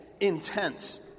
intense